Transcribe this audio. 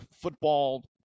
football